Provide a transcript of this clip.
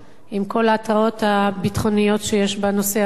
עם כל ההתרעות הביטחוניות שיש בנושא הזה,